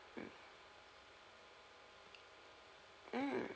mm mm